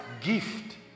gift